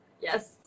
Yes